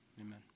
Amen